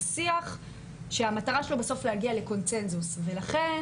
זה שיח שהמטרה שלו בסוף להגיע לקונצנזוס ולכן